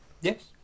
yes